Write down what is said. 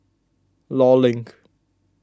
Law Link